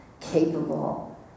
capable